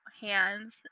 hands